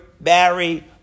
Barry